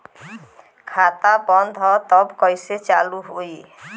खाता बंद ह तब कईसे चालू होई?